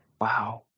Wow